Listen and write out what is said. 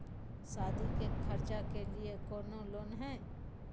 सादी के खर्चा के लिए कौनो लोन है?